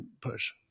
push